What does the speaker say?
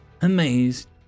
amazed